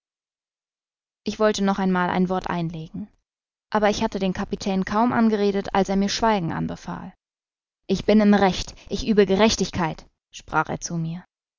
ich wollte noch einmal ein wort einlegen aber ich hatte den kapitän kaum angeredet als er mir schweigen anbefahl ich bin im recht ich übe gerechtigkeit sprach er zu mir